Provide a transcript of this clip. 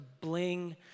bling